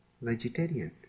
vegetarian